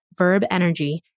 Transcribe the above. verbenergy